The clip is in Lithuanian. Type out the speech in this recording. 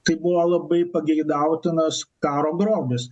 tai buvo labai pageidautinas karo grobis